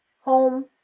home